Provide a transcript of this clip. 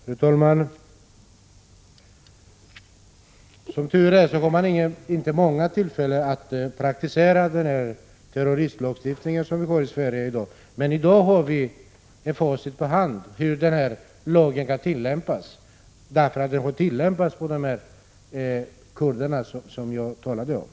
Fru talman! Som tur är har man inte många tillfällen att tillämpa den terroristlag som finns här i Sverige. Men i dag kan vi, med facit i hand, konstatera hur denna lag har tillämpats på de kurder som jag talade om.